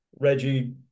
Reggie